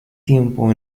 tiempo